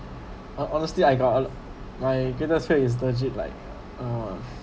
honestly I got my greatest fear is legit like uh